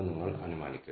1 അല്ലെങ്കിൽ 2